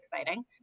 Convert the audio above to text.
exciting